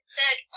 dead